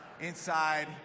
Inside